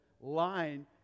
line